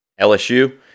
LSU